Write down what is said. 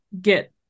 get